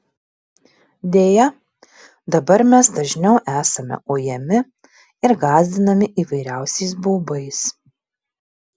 deja dabar mes dažniau esame ujami ir gąsdinami įvairiausiais baubais